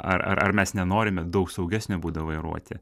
ar ar ar mes nenorime daug saugesnio būdo vairuoti